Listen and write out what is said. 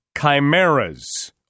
chimeras